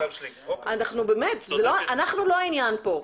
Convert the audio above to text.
אנחנו לא העניין פה.